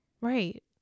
Right